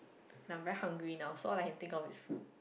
and I'm very hungry now so I can think of is food